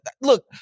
look